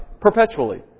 perpetually